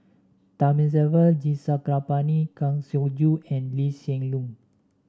Thamizhavel G Sarangapani Kang Siong Joo and Lee Hsien Loong